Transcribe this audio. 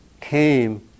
came